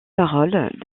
paroles